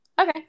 Okay